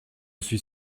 suis